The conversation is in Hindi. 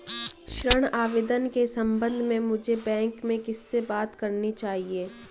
ऋण आवेदन के संबंध में मुझे बैंक में किससे बात करनी चाहिए?